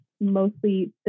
mostly